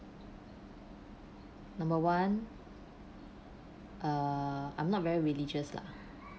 number one uh I'm not very religious lah